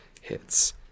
hits